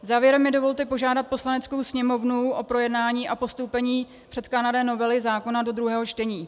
Závěrem mi dovolte požádat Poslaneckou sněmovnu o projednání a postoupení předkládané novely zákona do druhého čtení.